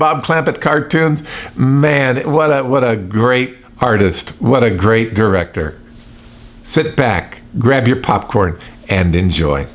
clampett cartoons man what a what a great artist what a great director sit back grab your popcorn and enjoy